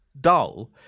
dull